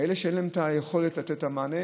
כאלה שאין להם היכולת לתת את המענה.